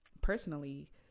personally